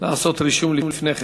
לעשות רישום לפני כן.